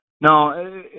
No